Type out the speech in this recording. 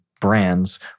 brands